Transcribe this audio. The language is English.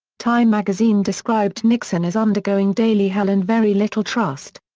time magazine described nixon as undergoing daily hell and very little trust.